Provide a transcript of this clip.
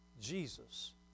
Jesus